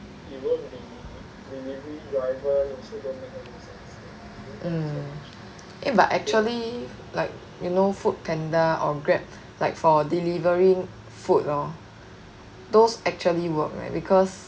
mm eh but actually like you know FoodPanda or Grab like for delivering food lor those actually work right because